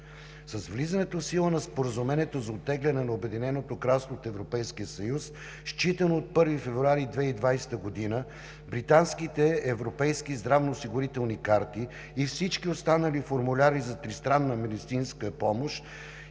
С влизането в сила на Споразумението за оттегляне на Обединеното кралство от Европейския съюз, считано от 1 февруари 2020 г., британските европейски здравноосигурителни карти и всички останали формуляри за тристранна медицинска помощ